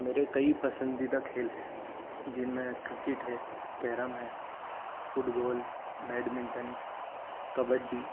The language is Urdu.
میرے کئی پسندیدہ کھیل ہیں جن میں کرکٹ ہے کیرم ہے football badminton kabaddi